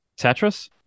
Tetris